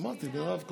אמרתי, מירב כהן.